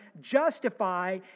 justify